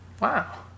Wow